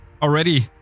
already